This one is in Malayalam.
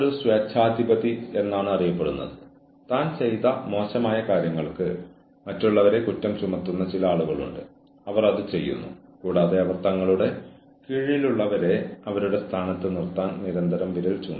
നിങ്ങൾ സ്വീകരിക്കുന്ന നടപടിക്രമങ്ങൾ എന്തുതന്നെയായാലും ജീവനക്കാരൻ എന്താണ് ചെയ്യുന്നതെന്ന് നിങ്ങൾ സൂക്ഷ്മമായി നിരീക്ഷിക്കുമെന്ന് ജീവനക്കാരൻ അറിഞ്ഞിരിക്കണം